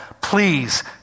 please